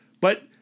but-